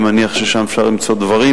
אני מניח ששם אפשר למצוא דברים.